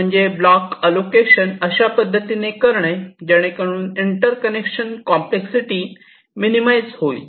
म्हणजे block allocation अशा पद्धतीने करणे जेणेकरूनला इंटर्कनेक्शन कॉम्प्लेक्ससिटी मिनीमाईझ होईल